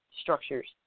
structures